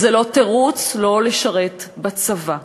וזה לא תירוץ שלא לשרת בצבא,